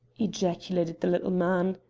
ejaculated the little man.